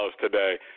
today